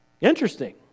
Interesting